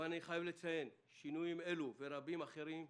אני חייב לציין- שינויים אלו ורבים אחרים,